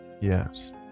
yes